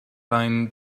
line